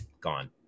gone